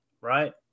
right